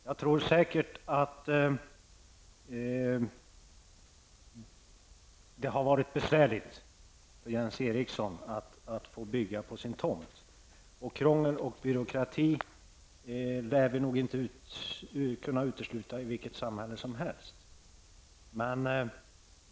Jag tror säkert att det har varit besvärligt för Jens Eriksson att få bygga på sin tomt. Krångel och byråkrati lär vi nog inte kunna utesluta i vilket samhälle som helst.